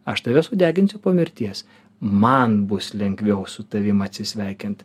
aš tave sudeginsiu po mirties man bus lengviau su tavim atsisveikint